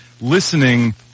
listening